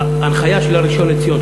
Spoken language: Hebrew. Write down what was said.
ההנחיה של הראשון לציון,